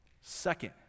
Second